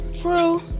true